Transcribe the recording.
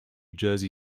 jersey